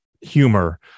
humor